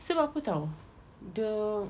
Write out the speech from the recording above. sebab apa [tau] the